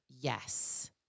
Yes